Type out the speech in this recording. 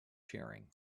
sharing